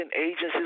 agencies